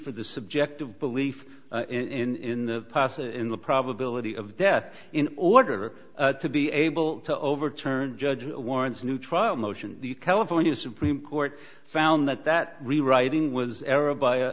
for the subjective belief in the passage in the probability of death in order to be able to overturn judge warren's new trial motion the california supreme court found that that rewriting was era by a